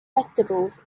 festivals